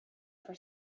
for